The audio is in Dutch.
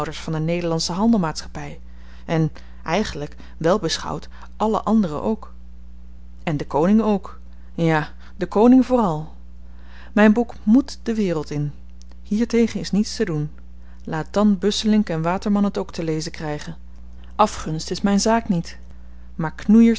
van de nederlandsche handelmaatschappy en eigenlyk wel beschouwd alle anderen ook en den koning ook ja den koning vooral myn boek moet de wereld in hiertegen is niets te doen laat dan busselinck waterman het ook te lezen krygen afgunst is myn zaak niet maar knoeiers